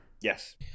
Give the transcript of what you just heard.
Yes